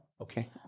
Okay